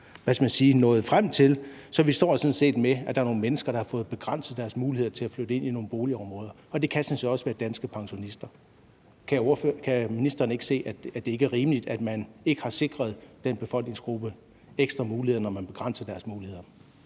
med aftalen så ikke nået frem til, så vi står sådan set med, at der er nogle mennesker, der har fået begrænset deres muligheder for at flytte ind i nogle boligområder, og det kan sådan set også være danske pensionister. Kan ministeren ikke se, at det ikke er rimeligt, at man ikke har sikret den befolkningsgruppe en ekstra mulighed, når man begrænser deres muligheder?